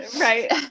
Right